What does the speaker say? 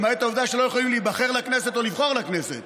למעט העובדה שהם לא יכולים להיבחר לכנסת או לבחור לכנסת,